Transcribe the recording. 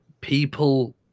people